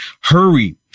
Hurry